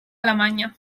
alemanya